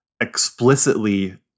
explicitly